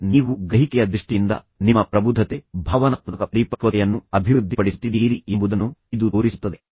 ಈಗ ನೀವು ಗ್ರಹಿಕೆಯ ದೃಷ್ಟಿಯಿಂದ ನಿಮ್ಮ ಪ್ರಬುದ್ಧತೆ ಭಾವನಾತ್ಮಕ ಪರಿಪಕ್ವತೆಯನ್ನು ಅಭಿವೃದ್ಧಿಪಡಿಸುತ್ತಿದ್ದೀರಿ ಎಂಬುದನ್ನು ಇದು ತೋರಿಸುತ್ತದೆ